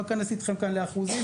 לא אכנס איתכם כאן לאחוזים.